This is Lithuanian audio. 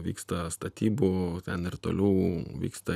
vyksta statybų ten ir toliau vyksta